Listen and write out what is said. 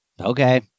Okay